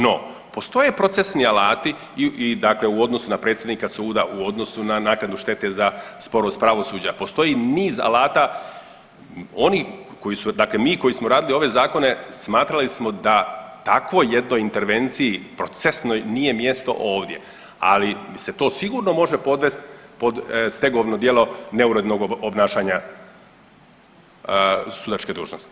No, postoje procesni alati dakle i u odnosu na predsjednika suda u odnosu na naknadu štete za sporost pravosuđa, postoji niz alata oni dakle mi koji smo radili ove zakone smatrali smo da takvoj jednoj intervenciji procesnoj nije mjesto ovdje, ali bi se to sigurno može podvest pod stegovno djelo neurednog obnašanja sudačke dužnosti.